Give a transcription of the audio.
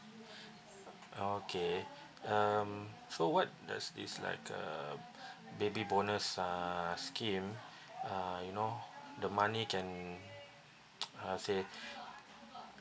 okay um so what does this like uh baby bonus uh scheme uh you know the money can how to say